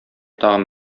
тагын